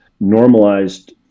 normalized